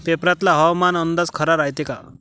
पेपरातला हवामान अंदाज खरा रायते का?